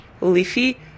Leafy